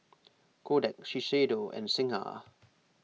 Kodak Shiseido and Singha